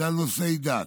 עליו היה על נושא הדת: